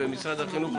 ומשרד החינוך,